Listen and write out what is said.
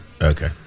Okay